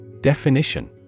Definition